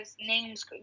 names